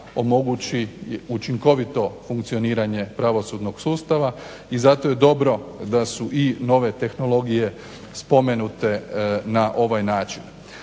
omogući učinkovito funkcioniranje pravosudnog sustava i zato je dobro da su i nove tehnologije spomenute na ovaj način.